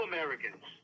Americans